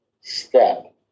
step